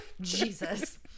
jesus